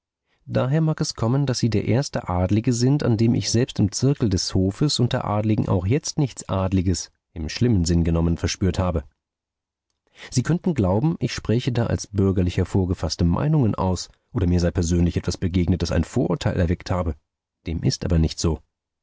daher mag es kommen daß sie der erste adlige sind an dem ich selbst im zirkel des hofes unter adligen auch jetzt nichts adliges im schlimmen sinn genommen verspürt habe sie könnten glauben ich spräche da als bürgerlicher vorgefaßte meinungen aus oder mir sei persönlich etwas begegnet das ein vorurteil erweckt habe dem ist aber nicht so